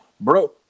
Bro